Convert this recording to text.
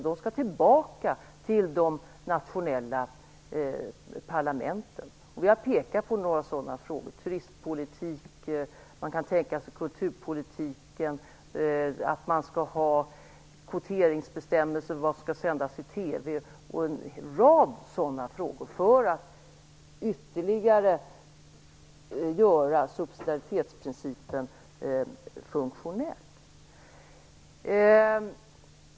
De skall gå tillbaka till de nationella parlamenten. Vi har pekat på några sådana frågor. Man kan tänka sig turistpolitik, kulturpolitik, att det skall finnas kvoteringsbestämmelser för vad som skall sändas i TV och en rad sådana frågor, för att ytterligare göra subsidiaritetsprincipen funktionell.